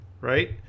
right